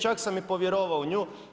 Čak sam i povjerovao u nju.